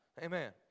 Amen